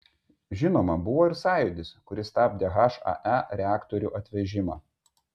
žinoma buvo ir sąjūdis kuris stabdė hae reaktorių atvežimą